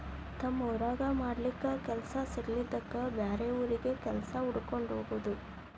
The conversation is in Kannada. ತಮ್ಮ ಊರಾಗ ಮಾಡಾಕ ಕೆಲಸಾ ಸಿಗಲಾರದ್ದಕ್ಕ ಬ್ಯಾರೆ ಊರಿಗೆ ಕೆಲಸಾ ಹುಡಕ್ಕೊಂಡ ಹೊಗುದು